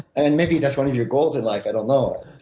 and maybe that's one of your goals in life i don't know.